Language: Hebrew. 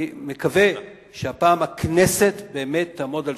אני מקווה שהפעם הכנסת באמת תעמוד על